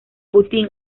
putin